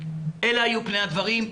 אלה היו פני הדברים,